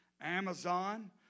Amazon